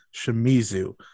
Shimizu